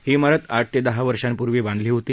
ही चिरत आठ ते दहा वर्षापूर्वी बांधली होती